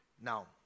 Now